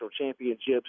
championships